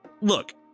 look